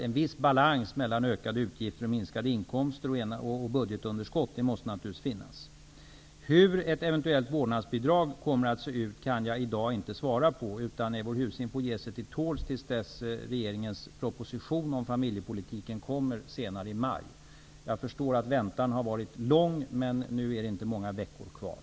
En viss balans mellan ökade utgifter, minskade inkomster och budgetunderskott måste naturligtvis finnas. Hur ett eventuellt vårdnadsbidrag kommer att se ut kan jag i dag inte svara på. Eivor Husing får ge sig till tåls till dess regeringens proposition om familjepolitiken kommer senare i maj. Jag förstår att väntan är lång, men nu är det inte många veckor kvar.